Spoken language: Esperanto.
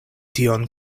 tion